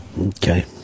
Okay